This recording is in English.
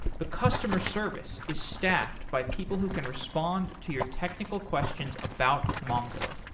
the customer service is staffed by people who can respond to your technical questions about mongo.